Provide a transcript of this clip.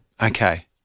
Okay